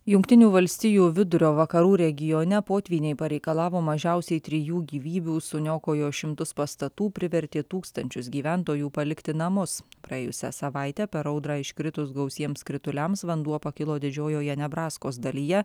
jungtinių valstijų vidurio vakarų regione potvyniai pareikalavo mažiausiai trijų gyvybių suniokojo šimtus pastatų privertė tūkstančius gyventojų palikti namus praėjusią savaitę per audrą iškritus gausiems krituliams vanduo pakilo didžiojoje nebraskos dalyje